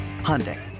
Hyundai